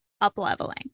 up-leveling